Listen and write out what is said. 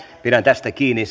pidän tästä kiinni